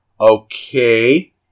Okay